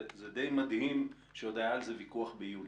זה די מדהים שעוד היה על זה ויכוח ביולי.